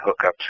hookups